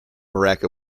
barack